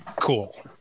Cool